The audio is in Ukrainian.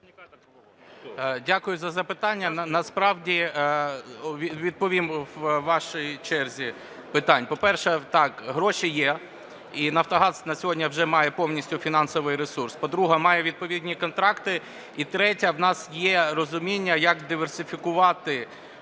Дякую за запитання. Насправді… Відповім у ваші черзі питань. По-перше, так, гроші є. І Нафтогаз на сьогодні вже має повністю фінансовий ресурс. По-друге, має відповідні контракти. І третє. У нас є розуміння, як диверсифікувати